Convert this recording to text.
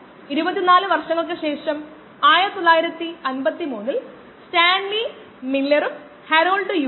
input നിരക്ക് സെക്കൻഡിൽ 50 kilogram ആണെങ്കിൽ സമയം 240 സെക്കൻഡ് അല്ലെങ്കിൽ 4 മിനിറ്റ് ആയിരിക്കും